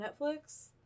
Netflix